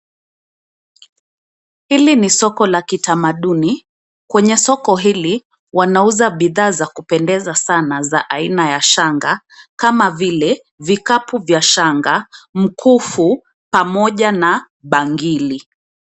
Hili ni soko la kitamaduni. Kwenye soko hili wanauza bidhaa za kupendeza sana za aina ya shanga kama vile vikapu vya shanga, mkufu pamoja na bangili.